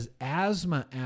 asthma